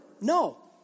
No